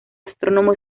astrónomo